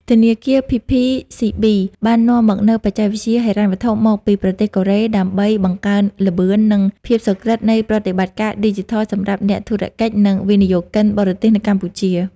ធនាគារ ភីភីស៊ីប៊ី (PPCB) បាននាំមកនូវបច្ចេកវិទ្យាហិរញ្ញវត្ថុមកពីប្រទេសកូរ៉េ ដើម្បីបង្កើនល្បឿន និងភាពសុក្រឹតនៃប្រតិបត្តិការឌីជីថលសម្រាប់អ្នកធុរកិច្ច និងវិនិយោគិនបរទេសនៅកម្ពុជា។